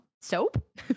soap